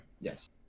yes